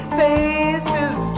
faces